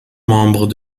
membre